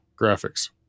graphics